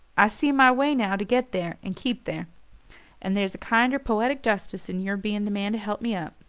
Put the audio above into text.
i see my way now to get there and keep there and there's a kinder poetic justice in your being the man to help me up.